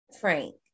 Frank